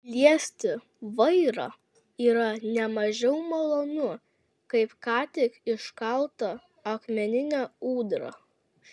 liesti vairą yra ne mažiau malonu kaip ką tik iškaltą akmeninę ūdrą